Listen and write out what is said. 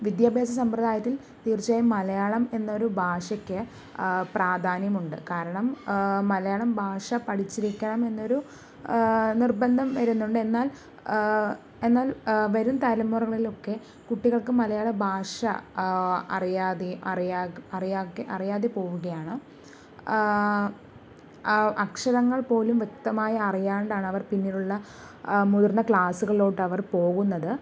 വിദ്യാഭ്യാസ സമ്പ്രദായത്തിൽ തീർച്ചയായും മലയാളം എന്നൊരു ഭാഷയ്ക്ക് പ്രാധാന്യമുണ്ട് കാരണം മലയാളം ഭാഷ പഠിച്ചിരിക്കണം എന്നൊരു നിർബന്ധം വരുന്നുണ്ട് എന്നാൽ എന്നാൽ വരും തലമുറകളിലൊക്കെ കുട്ടികൾക്ക് മലയാള ഭാഷ അറിയാതെ അറിയാതെ പോവുകയാണ് ആ അക്ഷരങ്ങൾ പോലും വ്യക്തമായി അറിയാണ്ടാണ് അവർ പിന്നീടുള്ള മുതിർന്ന ക്ലാസ്സുകളിലോട്ട് അവർ പോകുന്നത്